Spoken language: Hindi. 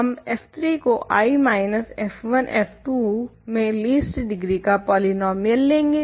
हम f3 को I माइनस f1 f2 में लीस्ट डिग्री का पॉलीनोमियल लेंगे